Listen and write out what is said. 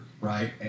right